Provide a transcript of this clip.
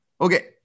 okay